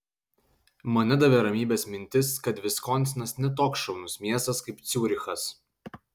man nedavė ramybės mintis kad viskonsinas ne toks šaunus miestas kaip ciurichas